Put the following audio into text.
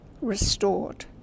restored